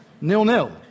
Nil-nil